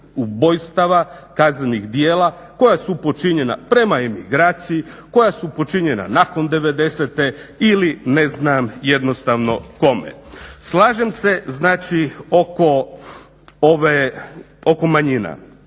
ubojstava, kaznenih djela koja su počinjena prema emigraciji, koja su počinjena nakon '90. ili jednostavno kome. Slažem se znači oko manjina,